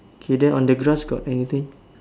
okay then on the grass got anything